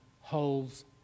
holds